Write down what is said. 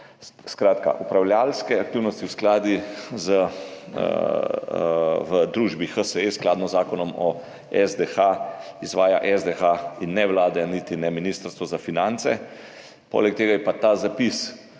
Skratka, upravljavske aktivnosti v družbi HSE skladno z Zakonom o SDH izvaja SDH, in ne Vlada niti ne Ministrstvo za finance. Poleg tega je pa ta zapis